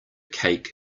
cake